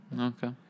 Okay